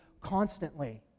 constantly